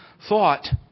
thought